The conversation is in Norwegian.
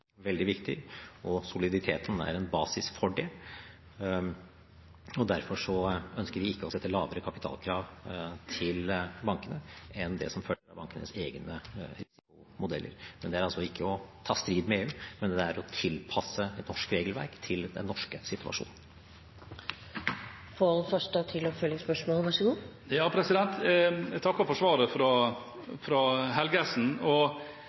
og soliditeten er en basis for det. Derfor ønsker vi ikke å sette lavere kapitalkrav til bankene enn det som følger av bankenes egne modeller. Det er ikke å ta strid med EU, det er å tilpasse et norsk regelverk til den norske situasjonen. Jeg takker for svaret fra Helgesen og skjønner at her er det et ønske om å komme et steg videre. Problemet med regjeringens og